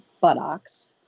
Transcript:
buttocks